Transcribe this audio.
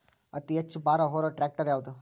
ಅತಿ ಹೆಚ್ಚ ಭಾರ ಹೊರು ಟ್ರ್ಯಾಕ್ಟರ್ ಯಾದು?